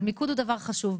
אבל מיקוד הוא דבר חשוב.